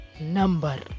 number